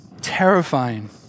terrifying